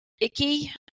icky